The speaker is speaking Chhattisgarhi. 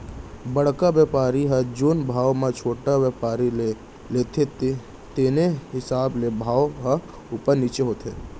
बड़का बेपारी ह जेन भाव म छोटे बेपारी ले लेथे तेने हिसाब ले भाव ह उपर नीचे होथे